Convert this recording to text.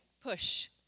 push